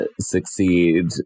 Succeed